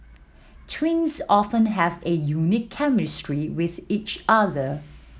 twins often have a unique chemistry with each other